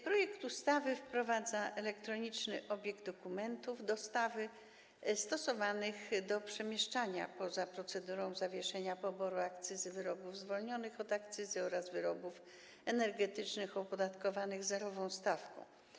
Projekt ustawy wprowadza elektroniczny obieg dokumentów dostawy stosowanych do przemieszczania poza procedurą zawieszenia poboru akcyzy wyrobów zwolnionych od akcyzy oraz wyrobów energetycznych opodatkowanych zerową stawką.